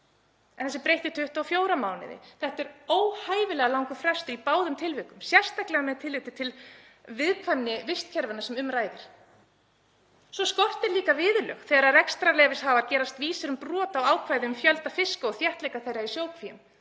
En þessu var breytt í 24 mánuði. Þetta er óhæfilega langur frestur í báðum tilvikum, sérstaklega með tilliti til viðkvæmni vistkerfanna sem um ræðir. Svo skortir líka viðurlög þegar rekstrarleyfishafar gerast uppvísir að brotum á ákvæðum um fjölda fiska og þéttleika þeirra í sjókvíum